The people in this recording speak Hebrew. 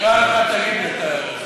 תמיד היינו ותמיד נהיה.